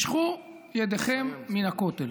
משכו ידיכם מן הכותל.